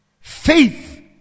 faith